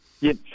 Yes